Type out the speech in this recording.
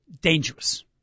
dangerous